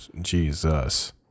jesus